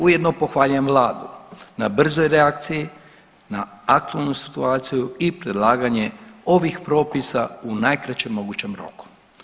Ujedno pohvaljujem vladu na brzoj reakciji na aktualnu situaciju i predlaganje ovih propisa u najkraćem mogućem roku.